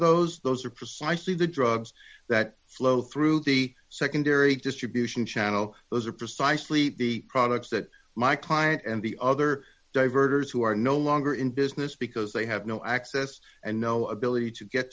those those are precisely the drugs that flow through the secondary distribution channel those are precisely the products that my client and the other diverges who are no longer in business because they have no access and no ability to get